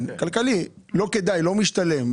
לא משתלם,